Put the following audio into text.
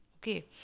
okay